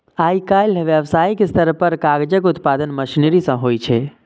आइकाल्हि व्यावसायिक स्तर पर कागजक उत्पादन मशीनरी सं होइ छै